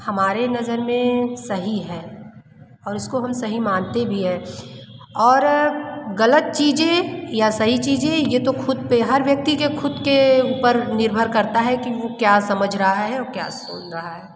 हमारी नज़र में सही है और उसको हम सही मानते भी हैं और ग़लत चीज़े या सही चीज़े ये तो ख़ुद पर हर व्यक्ति के ख़ुद के ऊपर निर्भर करता है कि वो क्या समझ रहा है क्या सुन रहा है